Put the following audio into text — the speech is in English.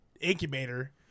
incubator